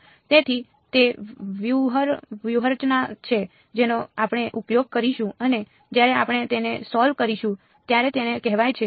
તેથી તે વ્યૂહરચના છે જેનો આપણે ઉપયોગ કરીશું અને જ્યારે આપણે તેને સોલ્વ કરીશું ત્યારે તેને કહેવાય છે